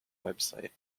website